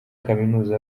kaminuza